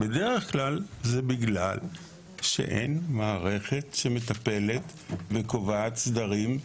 בדרך כלל זה בגלל שאין מערכת שמטפלת וקובעת סדרים.